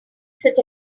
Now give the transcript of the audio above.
such